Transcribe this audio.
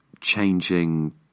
changing